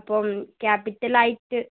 അപ്പം ക്യാപിറ്റലായിട്ട്